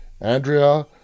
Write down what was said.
Andrea